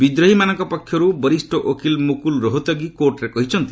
ବିଦ୍ରୋହୀମାନଙ୍କ ପକ୍ଷର୍ ବରିଷ୍ଣ ଓକିଲ ମ୍ରକୂଲ ରୋହତଗୀ କୋର୍ଟରେ କହିଛନ୍ତି